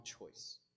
choice